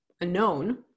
unknown